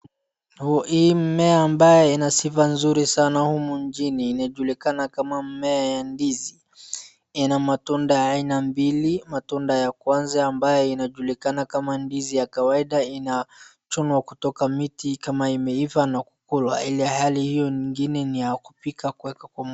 Hii mmmea ambayo ina sifa nzuri sana humu nchini inajulikana kama mmea wa ndizi ina matunda ya aina mbili matunda ya kwanza ambayo inajulikana kama ndizi ya kawaida inachunwa kutoka mti kama imeiva na kulwa ilhali hiyo ingine ni ya kupikwa kuwekwa kwa moto.